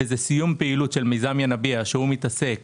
זה סיום פעילות של מיזם ינביע, שמתעסק